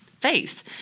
Face